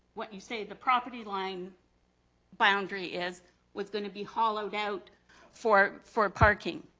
what you say the property line boundary is was gonna be hollowed out for for parking.